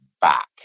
back